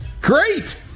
Great